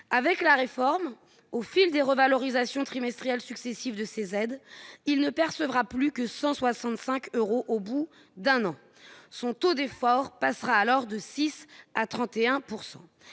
avec la réforme, au fil des revalorisations trimestrielle successives de ces aides, il ne percevra plus que 165 euros, au bout d'un an son taux d'effort passera alors de 6 à 31